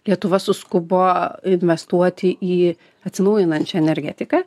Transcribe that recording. lietuva suskubo investuoti į atsinaujinančią energetiką